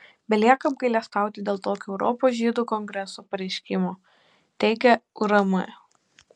belieka apgailestauti dėl tokio europos žydų kongreso pareiškimo teigia urm